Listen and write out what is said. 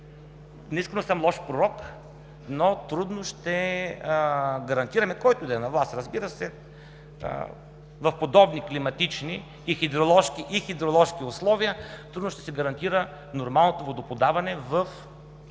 не искам да съм лош пророк, но трудно ще гарантираме, който и да е на власт, разбира се, в подобни климатични и хидроложки условия, трудно ще се гарантира нормалното водоподаване в